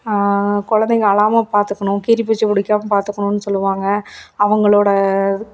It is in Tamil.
குழந்தைங்க அழாமல் பார்த்துக்கணும் கீரிப்பூச்சி பிடிக்காம பார்த்துக்கணுன் சொல்லுவாங்க அவங்களோட